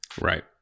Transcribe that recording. Right